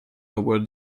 our